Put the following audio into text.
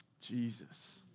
Jesus